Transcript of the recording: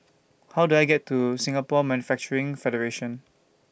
How Do I get to Singapore Manufacturing Federation